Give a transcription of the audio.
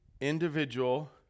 individual